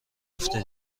افته